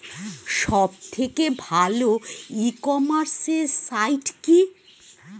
সব থেকে ভালো ই কমার্সে সাইট কী?